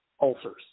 ulcers